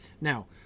Now